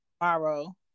tomorrow